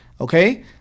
Okay